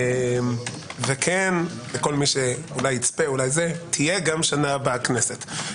וכן, תהיה גם שנה הבאה כנסת.